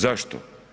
Zašto?